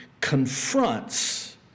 confronts